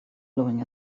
blowing